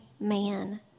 man